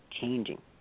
changing